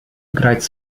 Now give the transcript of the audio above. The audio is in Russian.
играть